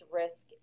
risk